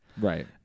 Right